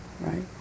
right